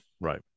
Right